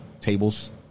tables